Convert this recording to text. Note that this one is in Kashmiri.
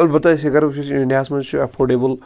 البتہ أسۍ اگر وٕچھو اِنڈیاہَس منٛز چھِ ایٚفٲڈیبٕل